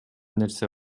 нерсе